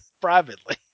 privately